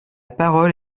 parole